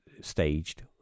staged